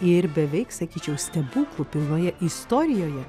ir beveik sakyčiau stebuklų pilnoje istorijoje